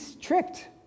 tricked